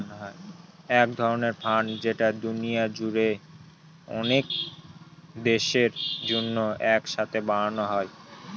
এক ধরনের ফান্ড যেটা দুনিয়া জুড়ে অনেক দেশের জন্য এক সাথে বানানো হয়